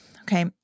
Okay